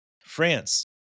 France